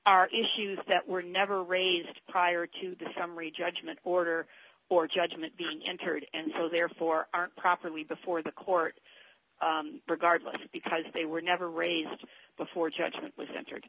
are issues that were never raised prior to the summary judgment order or judgment being entered and so therefore aren't properly before the court regardless because they were never raised but fortunately centered